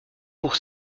pour